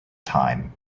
time